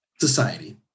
Society